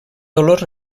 dolors